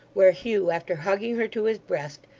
where hugh, after hugging her to his breast,